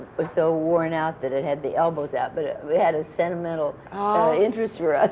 was so worn out that it had the elbows out, but it had a sentimental ah interest for us,